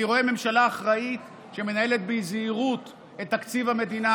אני רואה ממשלה אחראית שמנהלת בזהירות את תקציב המדינה